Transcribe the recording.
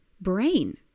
brain